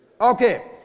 Okay